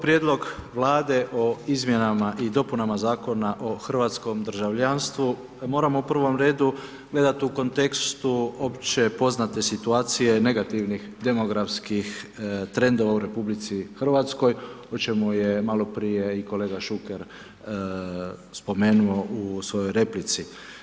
Prijedlog Vlade o izmjenama i dopunama Zakona o hrvatskom državljanstvu, moramo u prvom redu, gledati u kontekstu opće poznate situacije, negativnih demografskih trendova u RH, o čemu je maloprije i kolega Šuker spomenuo u svojoj replici.